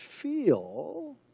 feel